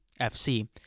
FC